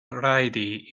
rajdi